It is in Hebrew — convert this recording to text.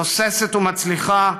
תוססת ומצליחה,